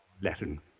Latin